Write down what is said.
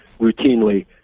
routinely